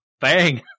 bang